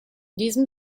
diesem